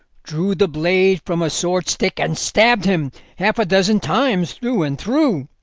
drew the blade from a swordstick, and stabbed him half a dozen times through and through.